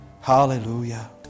Hallelujah